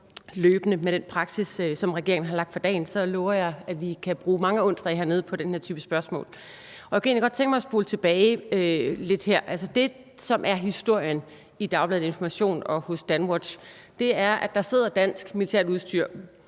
løbende. Med den praksis, som regeringen har lagt for dagen, lover jeg, at vi kan bruge mange onsdage hernede i salen på den her type spørgsmål. Jeg kunne egentlig godt tænke mig at spole lidt tilbage. Det, som er historien i dagbladet Information og hos Danwatch, er, at der sidder dansk militært udstyr,